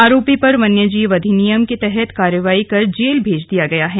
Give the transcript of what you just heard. आरोपी पर वन्य जीव अधिनियम के तहत कार्यवाही कर जेल भेज दिया गया है